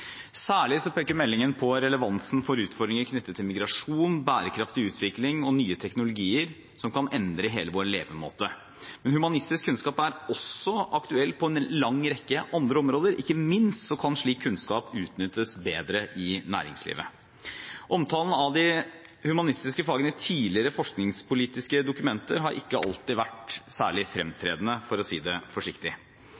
Særlig peker meldingen på relevansen for utfordringer knyttet til migrasjon, bærekraftig utvikling og nye teknologier som kan endre hele vår levemåte. Men humanistisk kunnskap er også aktuell på en lang rekke andre områder, ikke minst kan slik kunnskap utnyttes bedre i næringslivet. Omtalen av de humanistiske fagene i tidligere forskningspolitiske dokumenter har ikke alltid vært særlig